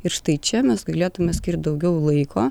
ir štai čia mes galėtume skirt daugiau laiko